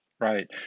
Right